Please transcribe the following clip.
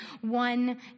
one